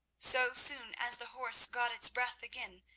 so soon as the horse got its breath again,